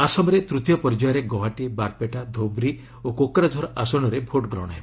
ଆସାମରେ ତୃତୀୟ ପର୍ଯ୍ୟାୟରେ ଗୌହାଟୀ ବାରପେଟା ଧୁବ୍ରି ଓ କୋକରାଝର ଆସନରେ ଭୋଟ୍ ଗ୍ରହଣ ହେବ